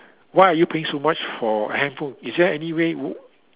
why are you paying so much for handphone is there any way w~